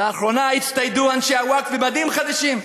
לאחרונה הצטיידו אנשי הווקף במדים חדשים,